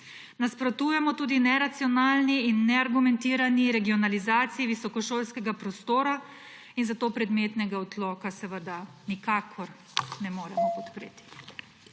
Nasprotujemo tudi neracionalni in neargumentirani regionalizaciji visokošolskega prostora in zato predmetnega odloka seveda nikakor ne moremo podpreti.